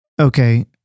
okay